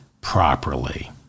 properly